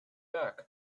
back